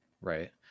right